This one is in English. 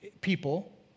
people